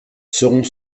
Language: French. seront